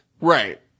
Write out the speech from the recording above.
Right